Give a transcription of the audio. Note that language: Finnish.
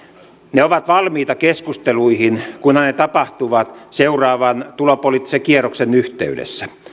ne ovat valmiita keskusteluihin kunhan ne tapahtuvat seuraavan tulopoliittisen kierroksen yhteydessä